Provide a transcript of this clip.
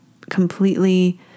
completely